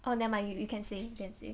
oh nevermind you you can say you can say